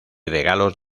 regalos